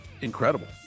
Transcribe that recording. incredible